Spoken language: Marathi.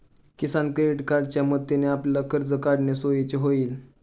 किसान क्रेडिट कार्डच्या मदतीने आपल्याला कर्ज काढणे सोयीचे होईल